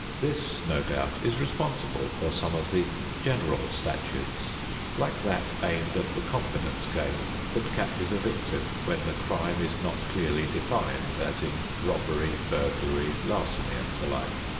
this, no doubt, is responsible for some of the general statutes like that aimed at the confidence game that catches a victim when the crime is not clearly defined as in robbery, burglary, larceny and the like.